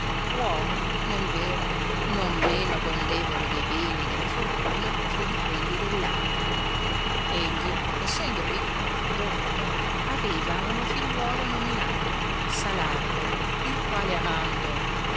uomo nel vero non meno abondevole de beni della fortuna che di quelli dell'animo egli essendo ricco e dotto aveva uno figliuolo nominato salardo il quale amando